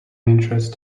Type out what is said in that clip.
interest